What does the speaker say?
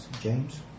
James